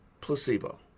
placebo